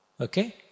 Okay